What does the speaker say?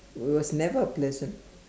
it was never pleasant